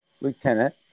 Lieutenant